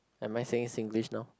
am I saying Singlish now